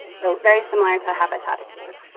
so very similar to habitattitude.